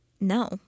No